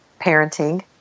parenting